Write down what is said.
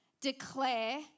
declare